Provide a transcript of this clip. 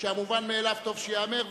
שהמובן מאליו טוב שייאמר,